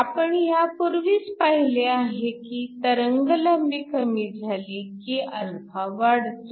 आपण ह्यापूर्वीच पाहिले आहे की तरंगलांबी कमी झाली की α वाढतो